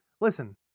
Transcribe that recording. Listen